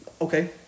Okay